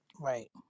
Right